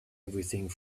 everything